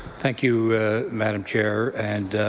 thank you madam chair and